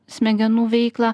smegenų veiklą